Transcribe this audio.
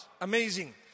Amazing